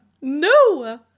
No